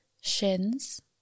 shins